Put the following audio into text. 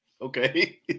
Okay